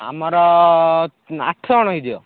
ଆମର ଆଠ ଜଣ ହେଇଯିବ